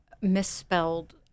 misspelled